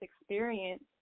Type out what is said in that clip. experience